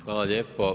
Hvala lijepo.